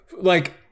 like-